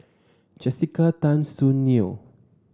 Jessica Tan Soon Neo